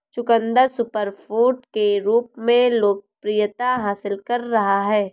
चुकंदर सुपरफूड के रूप में लोकप्रियता हासिल कर रहा है